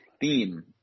theme